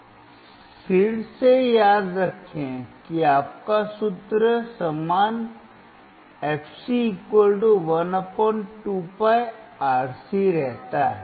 यहां फिर से याद रखें कि आपका सूत्र समान fc 12πRC रहता है